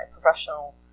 professional